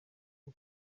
bwo